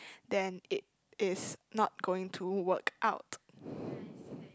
then it is not going to work out